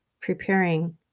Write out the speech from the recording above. preparing